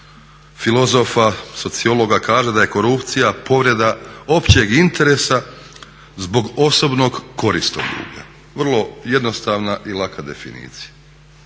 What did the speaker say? filozofa, sociologa kaže da je korupcija povreda općeg interesa zbog osobnog koristoljublja. Vrlo jednostavna i laka definicija.